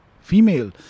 female